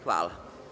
Hvala.